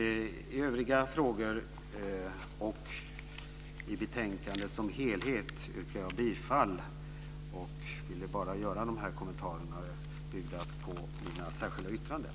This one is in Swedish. På övriga punkter, och i betänkandet som helhet, yrkar jag bifall till utskottets förslag. Jag ville bara göra de här kommentarerna byggda på mina särskilda yttranden.